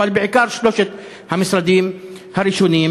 אבל בעיקר שלושת המשרדים הראשונים,